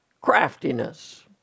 craftiness